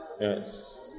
Yes